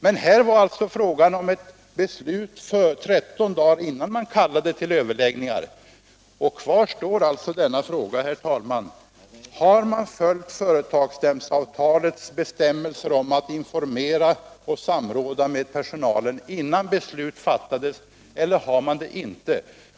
Men här var det fråga om ett beslut elva dagar innan man kallade till överläggningar. Kvar står alltså frågan: Har man följt företagsnämndsavtalets bestämmelser om att informera och samråda med personalen innan beslut fattades?